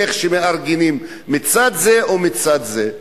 איך שמארגנים מצד זה או מצד זה.